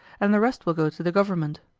and the rest will go to the government.